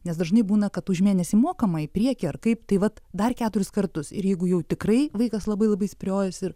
nes dažnai būna kad už mėnesį mokama į priekį ar kaip tai vat dar keturis kartus ir jeigu jau tikrai vaikas labai labai spyriojasi ir